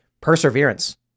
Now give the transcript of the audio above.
Perseverance